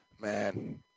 Man